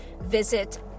Visit